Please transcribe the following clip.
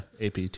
APT